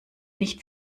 nicht